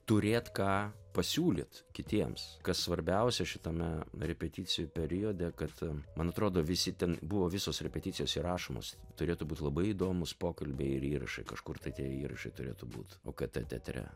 turėt ką pasiūlyt kitiems kas svarbiausia šitame repeticijų periode kad man atrodo visi ten buvo visos repeticijos įrašomos turėtų būt labai įdomūs pokalbiai ir įrašai kažkur tai tie įrašai turėtų būti okt teatre